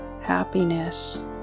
happiness